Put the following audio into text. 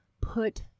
put